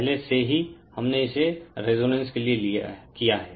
पहले से ही हमने इसे रेसोनान्स के लिए किया है